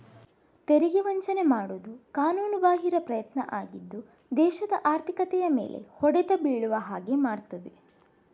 ತೆರಿಗೆ ವಂಚನೆ ಮಾಡುದು ಕಾನೂನುಬಾಹಿರ ಪ್ರಯತ್ನ ಆಗಿದ್ದು ದೇಶದ ಆರ್ಥಿಕತೆಯ ಮೇಲೆ ಹೊಡೆತ ಬೀಳುವ ಹಾಗೆ ಮಾಡ್ತದೆ